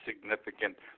significant